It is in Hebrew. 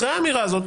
אחרי האמירה הזו,